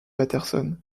patterson